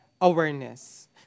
awareness